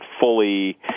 fully